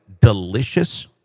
delicious